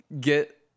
get